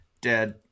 dead